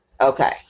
Okay